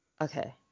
okay